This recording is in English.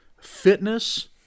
fitness